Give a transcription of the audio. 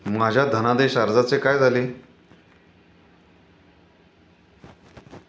माझ्या धनादेश अर्जाचे काय झाले?